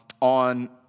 on